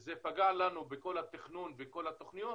זה פגע בכל התכנון ובכל התוכניות,